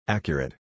Accurate